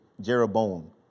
Jeroboam